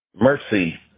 Mercy